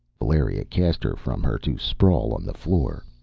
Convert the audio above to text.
valeria cast her from her to sprawl on the floor.